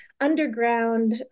underground